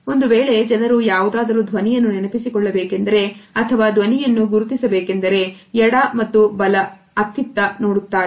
ಒಂದು ವೇಳೆ ಜನರು ಯಾವುದಾದರೂ ಧ್ವನಿಯನ್ನು ನೆನಪಿಸಿಕೊಳ್ಳ ಬೇಕೆಂದರೆ ಅಥವಾ ಧ್ವನಿಯನ್ನು ಗುರುತಿಸ ಬೇಕೆಂದರೆ ಎಡ ಮತ್ತು ಬಲಗಡೆ ಅತ್ತ ಇತ್ತ ನೋಡುತ್ತಾರೆ